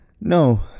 No